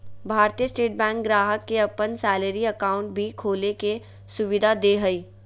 भारतीय state bank ग्राहक के अपन सैलरी अकाउंट भी खोले के सुविधा दे हइ